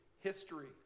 history